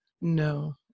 no